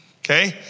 Okay